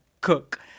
cook